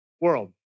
world